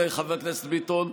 חבר הכנסת ביטון,